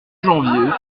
janvier